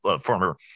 former